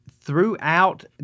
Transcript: throughout